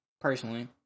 personally